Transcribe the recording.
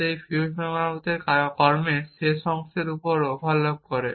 যাতে এটি এই ফিউজ মেরামতের কর্মের শেষ অংশের সাথে ওভারল্যাপ করে